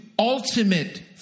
Ultimate